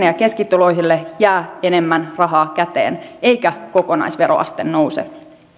ja keskituloisille jää enemmän rahaa käteen eikä kokonaisveroaste nouse